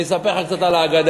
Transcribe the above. אני אספר לך קצת על האגדה,